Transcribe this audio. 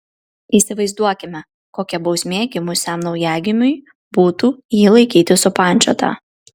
įsivaizduokime kokia bausmė gimusiam naujagimiui būtų jį laikyti supančiotą